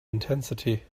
intensity